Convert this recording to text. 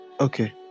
Okay